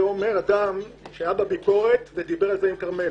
זה אומר אדם שהיה בביקורת ודיבר על זה עם כרמלה.